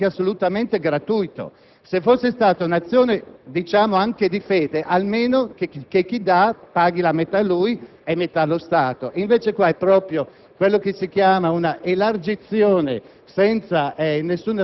non è assolutamente punitivo: si tratta di una norma di chiarezza in riferimento a chi vuole dare effettivamente ad un credo, ad una fede religiosa, un dato contributo e a chi invece non sente tale questione.